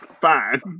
Fine